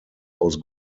aus